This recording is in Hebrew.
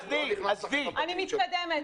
אני מתקדמת.